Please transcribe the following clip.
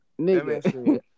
nigga